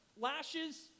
lashes